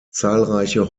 zahlreiche